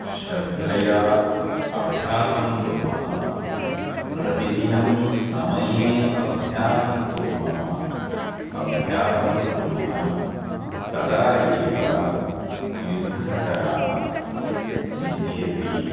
श्रद्धया अभ्यासं कुर्मः प्रतिदिनं समये अभ्यासं कुर्मः वा अभ्यासं कुर्मः तदा एव युद्धकला सिद्ध्यति